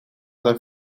dan